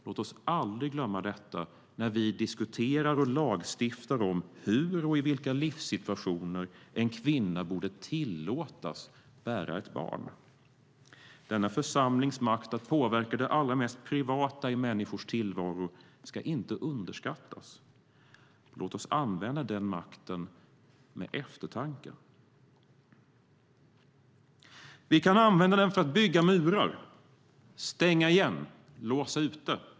Låt oss aldrig glömma detta när vi diskuterar och lagstiftar om hur och i vilka livssituationer en kvinna borde tillåtas bära ett barn. Denna församlings makt att påverka det allra mest privata i människors tillvaro ska inte underskattas. Låt oss använda den makten med eftertanke. Vi kan använda den för att bygga murar, stänga igen, låsa ute.